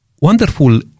wonderful